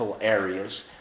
areas